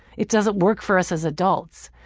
it doesn't work for us as adults.